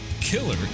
killer